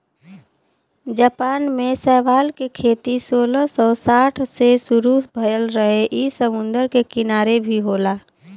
Japan में शैवाल के खेती सोलह सौ साठ से शुरू भयल रहे इ समुंदर के किनारे भी होला